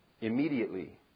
Immediately